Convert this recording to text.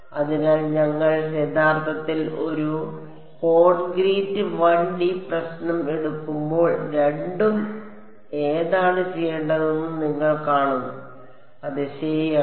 അതിനാൽ ഞങ്ങൾ യഥാർത്ഥത്തിൽ ഒരു കോൺക്രീറ്റ് 1 ഡി പ്രശ്നം എടുക്കുമ്പോൾ രണ്ടും ഏതാണ് ചെയ്യേണ്ടതെന്ന് നിങ്ങൾ കാണും അതെ ശരിയാണ്